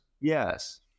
Yes